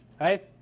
right